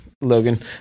Logan